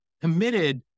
committed